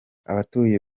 abatuye